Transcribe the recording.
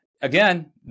again